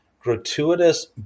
Gratuitous